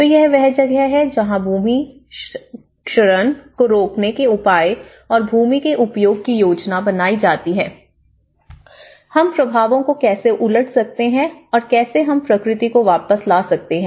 तो यह वह जगह है जहाँ भूमि क्षरण को रोकने के उपाय और भूमि के उपयोग की योजना बनाई जाती है हम प्रभावों को कैसे उलट सकते हैं और कैसे हम प्रकृति को वापस ला सकते हैं